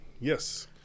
Yes